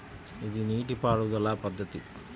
ఇది నీటిపారుదల పద్ధతి